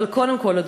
אבל קודם כול,